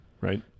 right